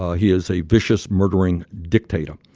ah he is a vicious, murdering dictator.